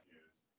news